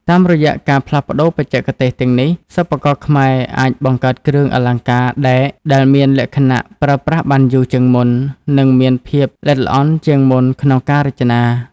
តាមរយៈការផ្លាស់ប្ដូរបច្ចេកទេសទាំងនេះ សិប្បករខ្មែរអាចបង្កើតគ្រឿងអលង្ការដែកដែលមានលក្ខណៈប្រើប្រាស់បានយូរជាងមុន និងមានភាពល្អិតល្អន់ជាងមុនក្នុងការរចនា។